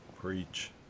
Preach